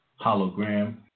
Hologram